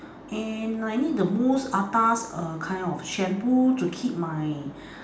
and I need the most atas err kind of shampoo to keep my